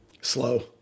Slow